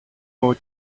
more